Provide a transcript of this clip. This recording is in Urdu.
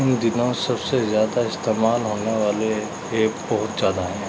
ان دنوں سب سے زیادہ استعمال ہونے والے ایپ بہت زیادہ ہیں